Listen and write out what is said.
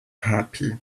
happy